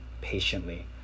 patiently